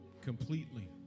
completely